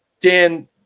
Dan